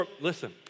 Listen